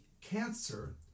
cancer